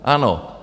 Ano.